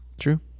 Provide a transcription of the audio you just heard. True